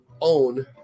own